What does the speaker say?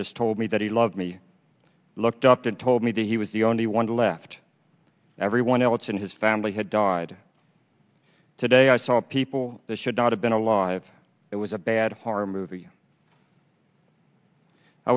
just told me that he loved me looked up and told me that he was the only one left everyone else in his family had died today i saw people that should not have been alive it was a bad heart movie i